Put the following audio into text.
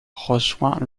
rejoint